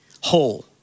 whole